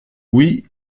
oui